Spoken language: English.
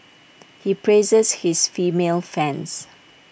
he praises his female fans